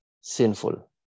Sinful